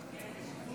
בדבר